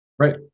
Right